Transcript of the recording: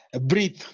Breathe